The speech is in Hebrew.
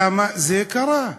למה זה קרה.